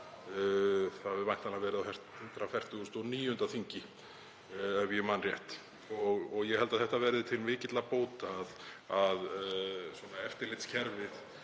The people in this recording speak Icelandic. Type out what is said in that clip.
Það hefur væntanlega verið á 149. þingi, ef ég man rétt. Ég held að það verði til mikilla bóta að eftirlitskerfið